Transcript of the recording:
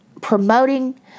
promoting